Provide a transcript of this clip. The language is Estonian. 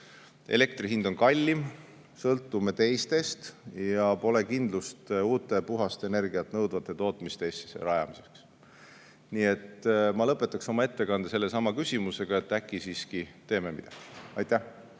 elektri hind on kallim, sõltume teistest ja pole kindlust uute, puhast energiat nõudvate tootmiste Eestisse rajamiseks. Nii et ma lõpetaksin oma ettekande sellesama küsimusega: äkki siiski teeme midagi? Aitäh!